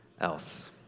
else